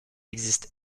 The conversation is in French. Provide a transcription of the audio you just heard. existe